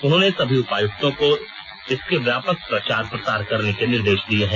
उन्होंने सभी उपायुक्तों को इसके व्यापक प्रचार प्रसार करने के निर्देश दिए हैं